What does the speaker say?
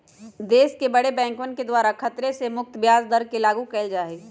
देश के बडे बैंकवन के द्वारा खतरे से मुक्त ब्याज दर के लागू कइल जा हई